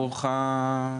כמה שנים הוארכה?